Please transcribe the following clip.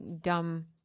dumb